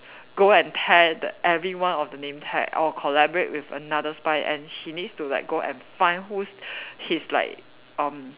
go and tear the everyone of the name tag I will collaborate with another spy and he needs to like go and find whose his like um